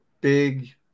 big